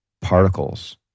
particles